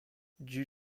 due